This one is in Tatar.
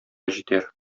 җитәр